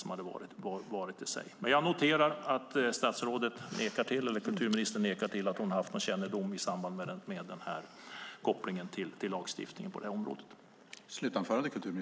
Jag noterar att kulturministern förnekar att hon har haft kännedom om den här kopplingen till lagstiftningen.